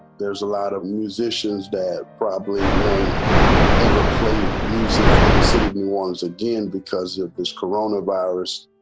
there's a lot of musicians that probably won't ever play music in the city of new ones again because of this carone of ours